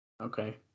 Okay